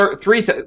three